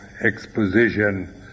exposition